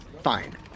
Fine